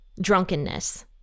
drunkenness